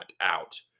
out